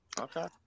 okay